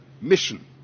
mission